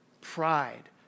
pride